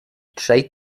trzej